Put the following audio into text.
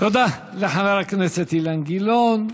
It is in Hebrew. תודה לחבר הכנסת אילן גילאון.